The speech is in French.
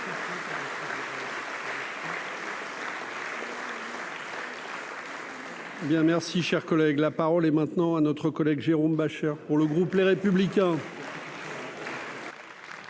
merci, cher collègue, la parole est maintenant à notre collègue Jérôme Bascher pour le groupe Les Républicains.